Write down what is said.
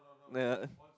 ya